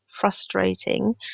frustrating